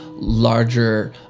larger